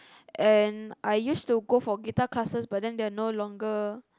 and I used to go for guitar classes but then they are no longer